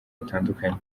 butandukanye